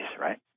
right